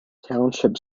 township